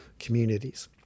communities